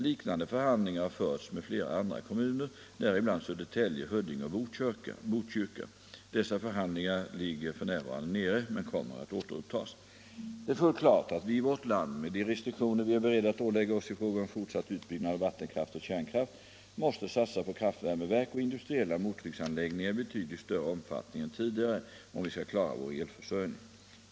Liknande förhandlingar har förts med flera andra kommuner, däribland Södertälje, Huddinge och Botkyrka. Dessa förhandlingar ligger f. n. nere men kommer att återupptas. Det är fullt klart att vi i vårt land — med de restriktioner vi är beredda att ålägga oss i fråga om fortsatt utbyggnad av vattenkraft och kärnkraft — måste satsa på kraftvärmeverk och industriella mottrycksanläggningar i betydligt större omfattning än tidigare om vi skall klara vår elförsörjning.